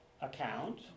account